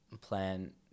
plan